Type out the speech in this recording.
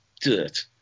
dirt